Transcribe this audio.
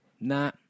Nah